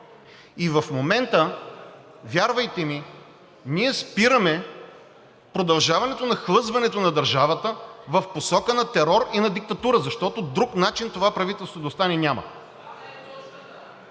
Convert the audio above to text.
И в момента, вярвайте ми, ние спираме продължаването на хлъзването на държавата в посока на терор и на диктатура, защото друг начин това правителство да остане няма,